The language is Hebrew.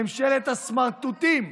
ממשלת הסמרטוטים,